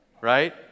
right